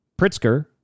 Pritzker